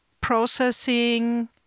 processing